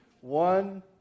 One